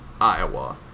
Iowa